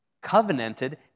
covenanted